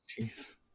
Jeez